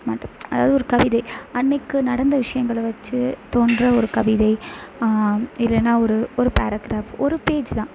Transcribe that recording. மாட்டேன் அதாவது ஒரு கவிதை அன்னிக்கு நடந்த விஷயங்கள வச்சு தோன்றுற ஒரு கவிதை இல்லைனால் ஒரு ஒரு பேராகிராஃப் ஒரு பேஜ் தான்